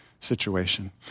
situation